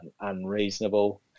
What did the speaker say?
unreasonable